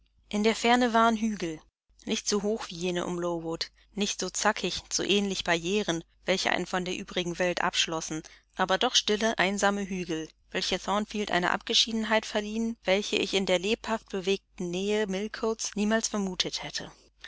in der ferne waren hügel nicht so hoch wie jene um lowood nicht so zackig nicht so ähnlich barrieren welche einen von der übrigen welt abschlossen aber doch stille einsame hügel welche thornfield eine abgeschiedenheit verliehen die ich in der lebhaft bewegten nähe millcotes niemals vermutet hätte